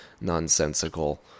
nonsensical